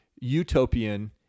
utopian